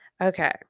Okay